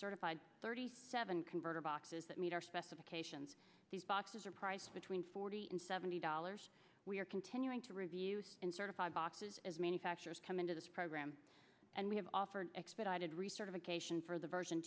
certified thirty seven converter boxes that meet our specifications these boxes are priced between forty and seventy dollars we are continuing to review and certified boxes as manufacturers come into this program and we have offered expedited recertification for the version